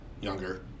Younger